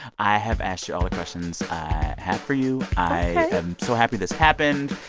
i have asked you all questions i have for you. i am so happy this happened